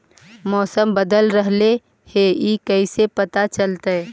मौसम बदल रहले हे इ कैसे पता चलतै?